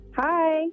Hi